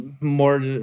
more